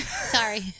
Sorry